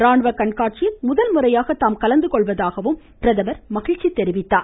ராணுவ கண்காட்சியில் முதல்முறையாக தாம் கலந்துகொள்வதாகவும் பிரதமர் குறிப்பிட்டார்